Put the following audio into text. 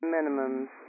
Minimums